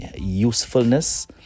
usefulness